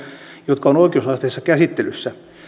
jotka ovat oikeusasteissa käsittelyssä